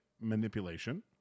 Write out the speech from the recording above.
manipulation